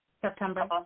September